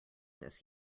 this